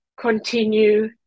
continue